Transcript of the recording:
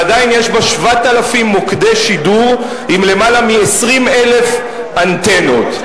ועדיין יש בה 7,000 מוקדי שידור עם למעלה מ-20,000 אנטנות.